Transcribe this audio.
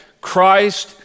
Christ